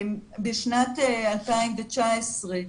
בשנת 2019,